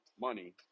money